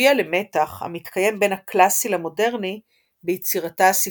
הביאה למתח המתקיים בין הקלאסי למודרני ביצירתה הספרותית.